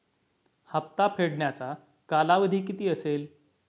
हप्ता फेडण्याचा कालावधी किती असेल?